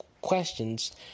questions